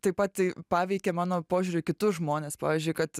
taip pat tai paveikė mano požiūrį į kitus žmones pavyzdžiui kad